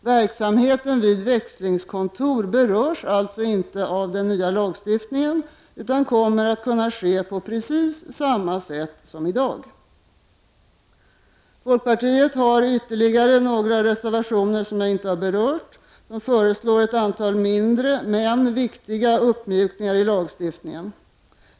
Verksamheten vid växlingskontor berörs alltså inte av den nya lagstiftningen utan kommer att kunna ske på precis samma sätt som i dag. Folkpartiet har ytterligare några reservationer där vi föreslår ett antal mindre men viktiga uppmjukningar i lagstiftningen.